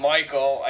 Michael